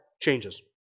changes